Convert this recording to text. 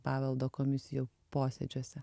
paveldo komisijų posėdžiuose